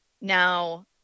Now